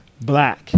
black